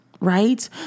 right